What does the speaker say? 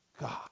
God